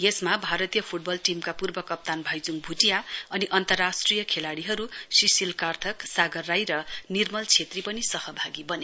यसमा भारतीय फुटबल टीमका पूर्व कप्तान भाइचुङ भुटिया अनि अन्तर्राष्ट्रिय खेलाड़ीहरु शिसिल कार्यक सागर राई र निर्मल छेत्री पनि सहभागी बने